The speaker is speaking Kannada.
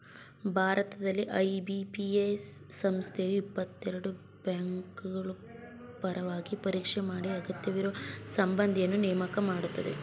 ಭಾರತದಲ್ಲಿ ಐ.ಬಿ.ಪಿ.ಎಸ್ ಸಂಸ್ಥೆಯು ಇಪ್ಪತ್ತಎರಡು ಬ್ಯಾಂಕ್ಗಳಪರವಾಗಿ ಪರೀಕ್ಷೆ ಮಾಡಿ ಅಗತ್ಯವಿರುವ ಸಿಬ್ಬಂದಿನ್ನ ನೇಮಕ ಮಾಡುತ್ತೆ